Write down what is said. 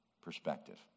perspective